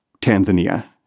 Tanzania